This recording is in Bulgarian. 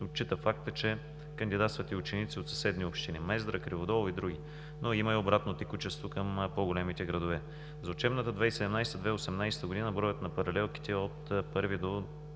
отчита фактът, че кандидатстват и ученици от съседни общини – Мездра, Криводол и други, но има и обратно текучество към по-големите градове. За учебната 2017/2018 г. броят на паралелките от 1-ви